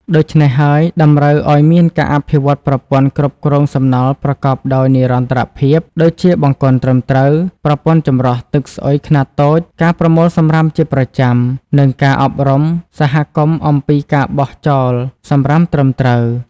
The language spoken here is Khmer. ដូច្នេះហើយ តម្រូវឱ្យមានការអភិវឌ្ឍប្រព័ន្ធគ្រប់គ្រងសំណល់ប្រកបដោយនិរន្តរភាព ដូចជាបង្គន់ត្រឹមត្រូវ ប្រព័ន្ធចម្រោះទឹកស្អុយខ្នាតតូច ការប្រមូលសំរាមជាប្រចាំ និងការអប់រំសហគមន៍អំពីការបោះចោលសំរាមត្រឹមត្រូវ។